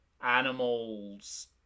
animals